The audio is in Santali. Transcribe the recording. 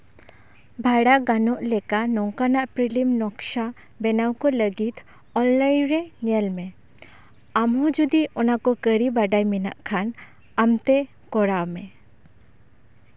ᱵᱷᱟᱲᱟ ᱜᱟᱱᱚᱜ ᱞᱮᱠᱟ ᱱᱚᱝᱠᱟᱱᱟᱜ ᱯᱨᱤᱞᱤᱢ ᱱᱚᱠᱥᱟ ᱵᱮᱱᱟᱣ ᱠᱚ ᱞᱟᱹᱜᱤᱫ ᱚᱱᱞᱟᱭᱤᱱ ᱨᱮ ᱧᱮᱞ ᱢᱮ ᱟᱢᱟᱜᱦᱚᱸ ᱡᱩᱫᱤ ᱚᱱᱟ ᱠᱚ ᱠᱟᱹᱨᱤ ᱵᱟᱰᱟᱭ ᱢᱮᱱᱟᱜ ᱠᱷᱟᱱ ᱟᱢᱛᱮ ᱠᱚᱨᱟᱣ ᱢᱮ